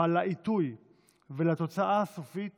אבל לעיתוי ולתוצאה הסופית